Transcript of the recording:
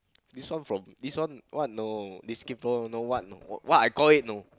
this one from this one what no this keeper no what no what I call it know